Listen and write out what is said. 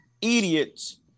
idiots